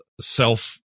self